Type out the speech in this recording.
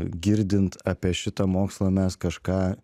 girdint apie šitą mokslą mes kažką